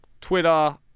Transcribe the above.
Twitter